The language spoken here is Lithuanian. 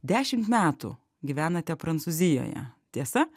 dešimt metų gyvenate prancūzijoje tiesa